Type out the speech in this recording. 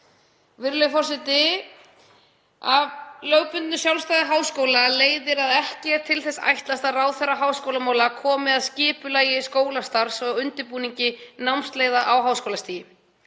Virðulegur forseti. Af lögbundnu sjálfstæði háskóla leiðir að ekki er til þess ætlast að ráðherra háskólamála komi að skipulagi skólastarfs og undirbúningi námsleiða á háskólastigi.